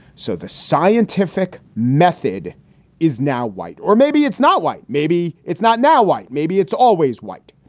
so the scientific method is now white. or maybe it's not white. maybe it's not now white. maybe it's always white.